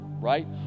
right